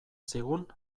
zigun